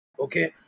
Okay